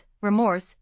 remorse